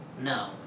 No